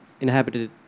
inhabited